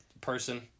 person